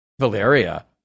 valeria